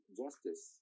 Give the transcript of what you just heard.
justice